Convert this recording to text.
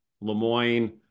LeMoyne